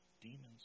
demons